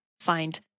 find